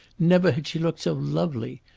never had she looked so lovely.